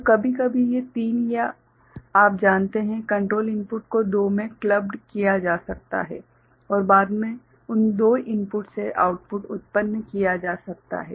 तो कभी कभी ये तीन या आप जानते हैं कंट्रोल इनपुट को दो में क्लब्ड किया जा सकता है और बाद में उन दो इनपुट से आउटपुट उत्पन्न किया जा सकता है